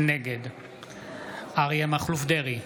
נגד אריה מכלוף דרעי,